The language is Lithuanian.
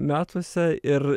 metuose ir